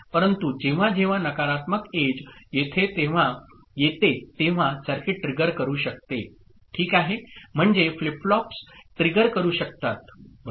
म्हणून जेव्हा जेव्हा नकारात्मक एज येते तेव्हा सर्किट ट्रिगर करू शकते ठीक आहे म्हणजे फ्लिप फ्लॉप्स ट्रिगर करू शकतात बरोबर